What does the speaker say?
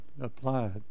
applied